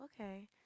okay